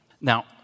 now